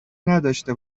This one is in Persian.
نداشته